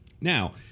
Now